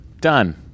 Done